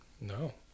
no